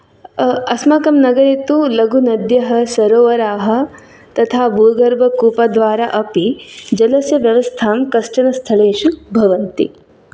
अस्माकं नगरे तु लघुनद्यः सरोवराः तथा भूगर्भकूपद्वारा अपि जलस्य व्यवस्थां कश्चन स्थलेषु भवन्ति